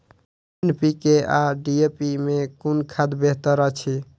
NPK आ DAP मे कुन खाद बेहतर अछि?